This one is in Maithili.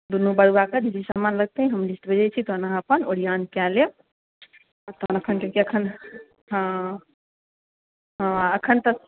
दुनू बड़ुआके जे भी सामान लगतै हम लिस्ट भेजै छी तखन अहाँ अपन ओरिआन कए लेब तखन एखन तऽ एखन हँ हँ आ एखन तऽ